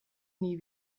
nie